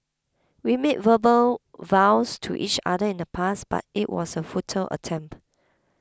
we made verbal vows to each other in the past but it was a futile attempt